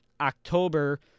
October